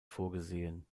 vorgesehen